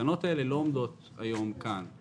התקנות האלה לא עומדות היום כאן.